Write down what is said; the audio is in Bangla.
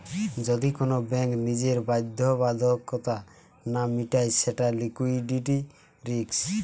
যদি কোন ব্যাঙ্ক নিজের বাধ্যবাধকতা না মিটায় সেটা লিকুইডিটি রিস্ক